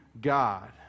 God